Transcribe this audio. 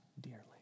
dearly